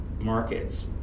markets